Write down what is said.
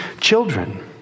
children